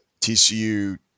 TCU